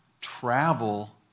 travel